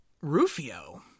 Rufio